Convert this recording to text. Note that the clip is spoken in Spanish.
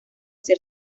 ser